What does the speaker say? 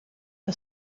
que